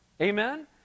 Amen